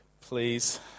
please